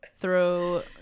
throw